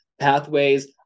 pathways